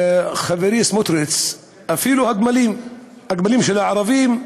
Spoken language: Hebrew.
חברי סמוטריץ, אפילו הגמלים, הגמלים של הערבים,